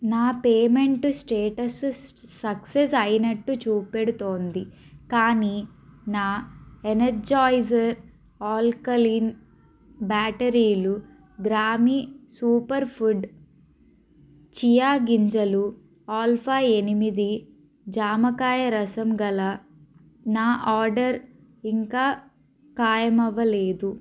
నా payment status success అయినట్టు చూపెడుతోంది కానీ నా ఎనర్జాయిజర్ ఆల్కలీన్ బ్యాటరీలు గ్రామి సూపర్ ఫుడ్ చియా గింజలు ఆల్ఫా ఎనిమిది జామకాయ రసం గల నా ఆర్డర్ ఇంకా ఖాయం అవ్వలేదు